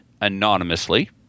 anonymously